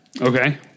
Okay